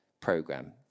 program